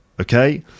Okay